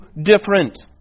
different